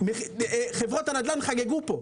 חברות הנדל"ן חגגו פה.